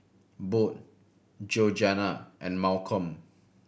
Bode Georgiana and Malcom